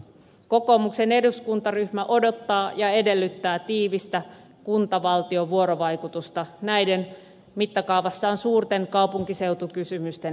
kokoomuksen eduskuntaryhmä odottaa ja edellyttää tiivistä kuntavaltio vuorovaikutusta näiden mittakaavassaan suurten kaupunkiseutukysymysten linjauksissa